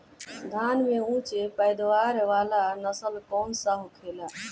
धान में उच्च पैदावार वाला नस्ल कौन सा होखेला?